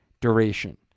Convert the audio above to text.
duration